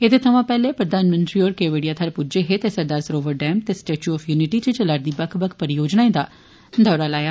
एह्दे थमां पैह्ले प्रधानमंत्री होर केवाडिया थाहर पुज्जै हे ते सरदार सरोवर डेम ते स्टेचू ऑफ यूनिटी च चला'रदी बक्ख बक्ख परियोजनाएं दा दौरा लाया